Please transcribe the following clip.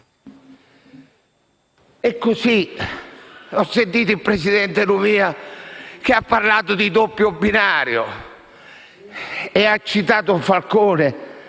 processo. Ho sentito il presidente Lumia che ha parlato di doppio binario e ha citato Falcone.